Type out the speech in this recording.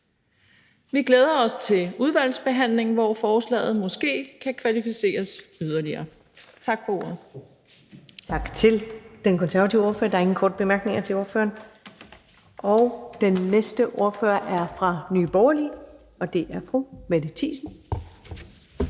Vi glæder os til udvalgsbehandlingen, hvor forslaget måske kan kvalificeres yderligere. Tak for ordet.